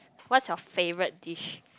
what's your favourite dish